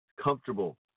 comfortable